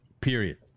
period